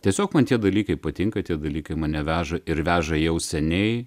tiesiog man tie dalykai patinka tie dalykai mane veža ir veža jau seniai